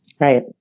right